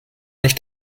nicht